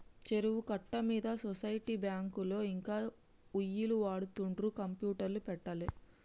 చెరువు కట్ట మీద సొసైటీ బ్యాంకులో ఇంకా ఒయ్యిలు వాడుతుండ్రు కంప్యూటర్లు పెట్టలే